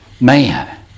Man